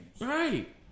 Right